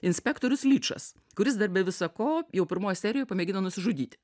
inspektorius lyčas kuris dar be visa ko jau pirmoj serijoj pamėgina nusižudyti